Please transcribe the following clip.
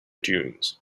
dunes